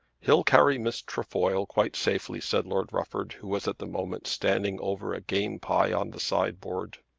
he'll carry miss trefoil quite safely, said lord rufford who was at the moment standing over a game pie on the sideboard.